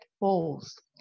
balls